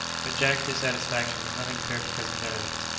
but jack's dissatisfaction was nothing compared to cousin benedict's.